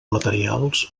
materials